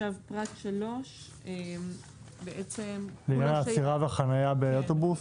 פרט 3. עצירה וחנייה באוטובוס.